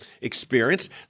experience